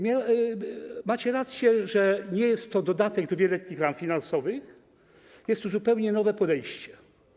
Macie rację, że nie jest to dodatek do wieloletnich ram finansowych, jest to zupełnie nowe podejście.